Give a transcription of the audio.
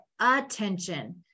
attention